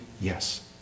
Yes